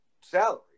salary